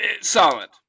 Solid